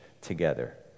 together